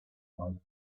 life